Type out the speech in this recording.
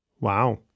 Wow